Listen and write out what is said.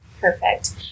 Perfect